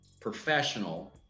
professional